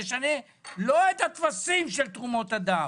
נשנה לא את הטפסים של תרומות הדם,